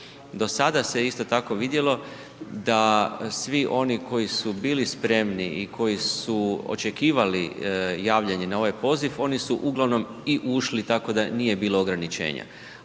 Do sada se isto tako vidjelo da svi oni koji su bili spremni i koji su očekivali javljanje na ovaj poziv, oni su uglavnom i ušli, tako da nije bilo ograničenja,